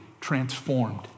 transformed